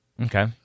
Okay